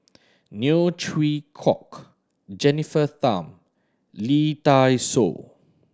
Neo Chwee Kok Jennifer Tham Lee Dai Soh